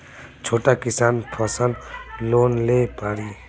छोटा किसान फसल लोन ले पारी?